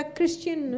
Christian